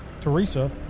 Teresa